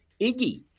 Iggy